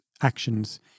actions